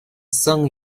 соң